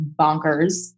bonkers